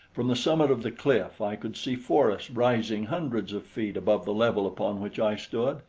from the summit of the cliff i could see forests rising hundreds of feet above the level upon which i stood,